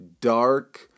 dark